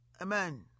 Amen